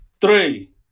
three